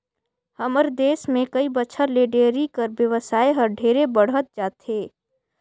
हमर देस में कई बच्छर ले डेयरी कर बेवसाय हर ढेरे बढ़हत जाथे